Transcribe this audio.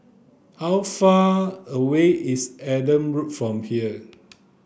how far away is Adam Road from here